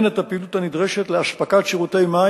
את הפעילות הנדרשת לאספקת שירותי מים,